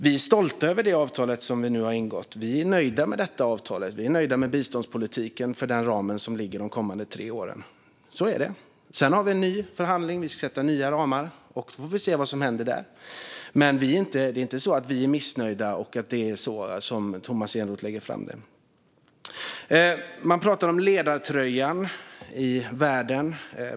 Vi är stolta över det avtal vi nu har ingått. Vi är nöjda med detta avtal och med biståndspolitiken, med den ram som ligger för de kommande tre åren. Sedan har vi en ny förhandling och ska sätta nya ramar; då får vi se vad som händer. Men vi är inte missnöjda, som Tomas Eneroth lägger fram det. Man pratar om ledartröjan i världen.